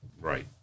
Right